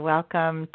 Welcome